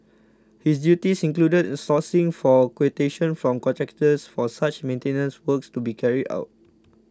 his duties included sourcing for quotations from contractors for such maintenance works to be carried out